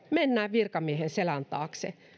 mennään virkamiehen selän taakse